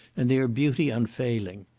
and their beauty unfailing.